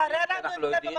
תראה לנו, בבקשה,